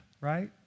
right